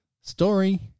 story